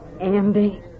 Andy